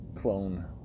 clone